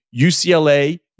UCLA